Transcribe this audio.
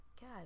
God